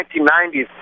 1990s